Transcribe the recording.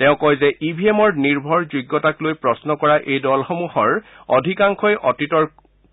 তেওঁ কয় যে ই ভি এমৰ নিৰ্ভৰযোগ্যতাক লৈ প্ৰশ্ন কৰা এই দলসমূহৰ অধিকাংশই অতীতৰ